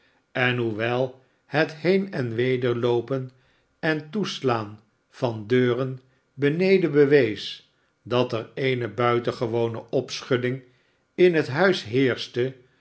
en hoewel het heen en wederloopen en toeslaan van deuren beneden bewees dat er eene buitengewone opschudding in het huis heerschte